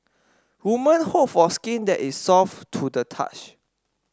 women hope for skin that is soft to the touch